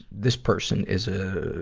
this person is a,